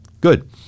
good